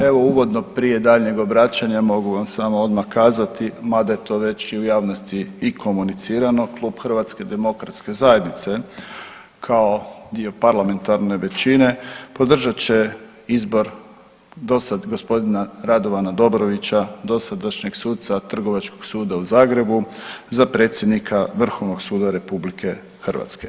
Evo uvodno prije daljnjeg obraćanja mogu vam samo odmah kazati, mada je to već i u javnosti komunicirano, Klub HDZ-a kao dio parlamentarne većine podržat će izbor do sad g. Radovana Dobronića dosadašnjeg suca Trgovačkog suda u Zagrebu za predsjednika Vrhovnog suda RH.